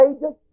Ages